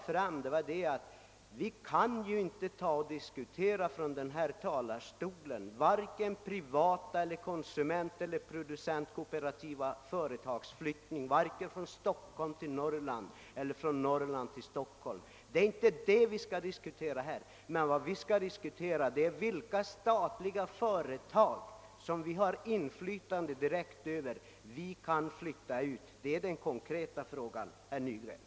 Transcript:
Vad jag vill ha sagt är att vi från denna talarstol inte kan diskutera vare sig privata, konsumenteller producentkooperativa företags flytt ning från Stockholm till Norrland eller från Norrland till Stockholm. Vad vi skall diskutera är vilka statliga företag — sådana som vi har direkt inflytande över — som vi kan flytta ut. Det är den konkreta frågan, herr Nygren.